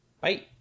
Bye